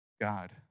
God